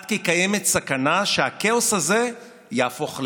עד כי קיימת סכנה שהכאוס הזה יהפוך לנורמה.